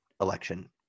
election